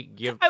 give